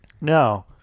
No